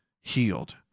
healed